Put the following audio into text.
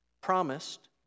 promised